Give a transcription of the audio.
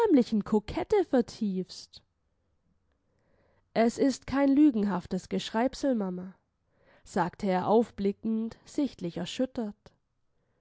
kokette vertiefst es ist kein lügenhaftes geschreibsel mama sagte er aufblickend sichtlich erschüttert